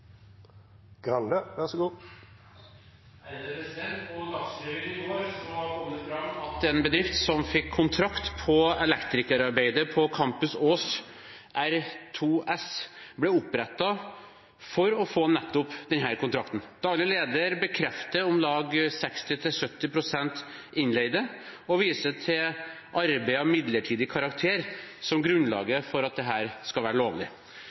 Dagsrevyen i går kom det fram at en bedrift som fikk kontrakt på elektrikerarbeidet på Campus Ås, R2S, ble opprettet for å få nettopp denne kontrakten. Daglig leder bekrefter om lag 60–70 pst. innleide, og viser til arbeid av midlertidig karakter som grunnlaget for at dette skal være lovlig.